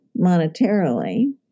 monetarily